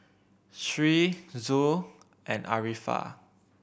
Sri Zul and Arifa